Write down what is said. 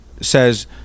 says